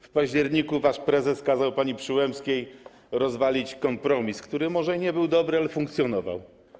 W październiku wasz prezes kazał pani Przyłębskiej rozwalić kompromis, który może nie był dobry, ale funkcjonował.